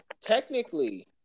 technically